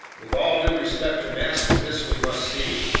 with all due respect to master, this we must see.